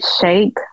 shake